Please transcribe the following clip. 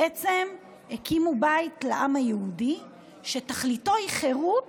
בעצם הקימו בית לעם היהודי שתכליתו היא חירות